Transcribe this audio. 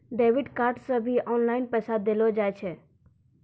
debit card से भी online पैसा देलो जाय छै